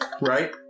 Right